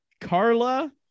Carla